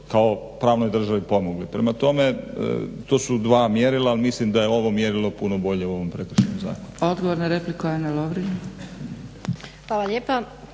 kao pravnoj državi pomogli. Prema tome to su dva mjerila ali mislim da je ovo mjerilo puno bolje u ovom Prekršajnom zakonu.